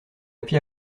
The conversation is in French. happy